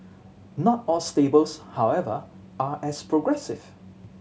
not all stables however are as progressive